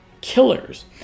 killers